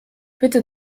bitte